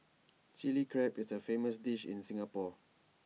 Chilli Crab is A famous dish in Singapore